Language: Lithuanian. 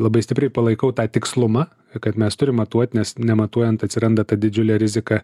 labai stipriai palaikau tą tikslumą kad mes turim matuot nes nematuojant atsiranda ta didžiulė rizika